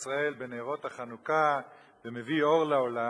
ישראל בנרות החנוכה ומביא אור לעולם,